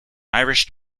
irish